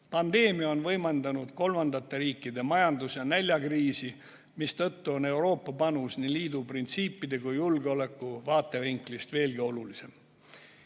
Pandeemia on võimaldanud kolmandate riikide majandus- ja näljakriisi, mistõttu on Euroopa panus nii liidu printsiipide kui julgeoleku vaatevinklist veelgi olulisem.